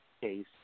case